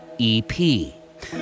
EP